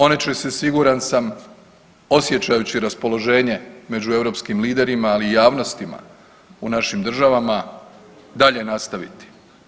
One će se siguran sam osjećajući raspoloženje među europskim liderima, ali i javnostima u našim državama dalje nastaviti.